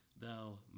Thou